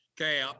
Okay